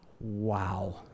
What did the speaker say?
wow